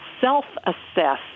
self-assess